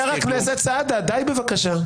חבר הכנסת סעדה, די בבקשה.